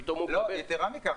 פתאום הוא מקבל --- יתרה מכך,